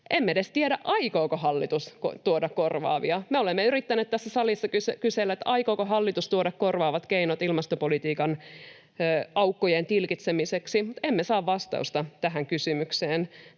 Emme edes tiedä, aikooko hallitus tuoda korvaavia. Me olemme yrittäneet tässä salissa kysellä, aikooko hallitus tuoda korvaavat keinot ilmastopolitiikan aukkojen tilkitsemiseksi. Emme saa vastausta tähän kysymykseen.